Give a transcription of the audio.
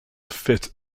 fit